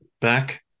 back